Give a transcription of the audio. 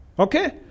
Okay